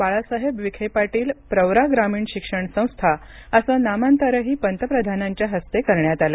बाळासाहेब विखे पाटील प्रवरा ग्रामीण शिक्षण संस्था असं नामांतरही पंतप्रधानांच्या हस्ते करण्यात आलं